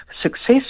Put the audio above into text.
success